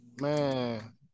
Man